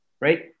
right